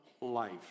life